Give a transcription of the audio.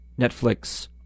Netflix